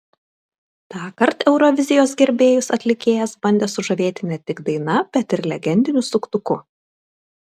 tąkart eurovizijos gerbėjus atlikėjas bandė sužavėti ne tik daina bet ir legendiniu suktuku